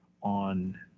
on